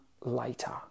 later